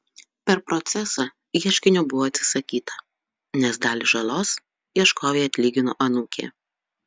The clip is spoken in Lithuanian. per procesą ieškinio buvo atsisakyta nes dalį žalos ieškovei atlygino anūkė